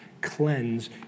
cleanse